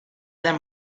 them